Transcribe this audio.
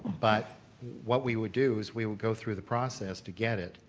but what we would do is we will go through the process to get it.